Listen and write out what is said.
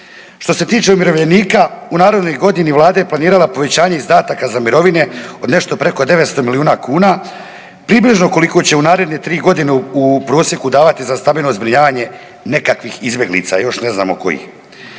Što se tiče umirovljenika u narednoj godini, Vlada je planirala povećanje izdataka za mirovine od nešto preko 900 milijuna kuna, približno koliko će u naredne 3 godine u prosjeku davati za stambeno zbrinjavanje nekakvih izbjeglica, još ne znamo kojih.